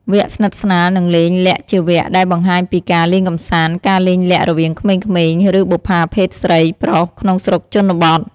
វគ្គស្និទ្ធស្នាល និងលេងលាក់ជាវគ្គដែលបង្ហាញពីការលេងកំសាន្ត ការលេងលាក់រវាងក្មេងៗ ឬបុប្ផាភេទស្រី-ប្រុស ក្នុងស្រុកជនបទ។